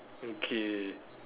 okay